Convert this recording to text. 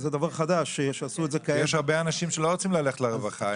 יש הרבה אנשים שלא רוצים ללכת לרווחה.